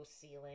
ceiling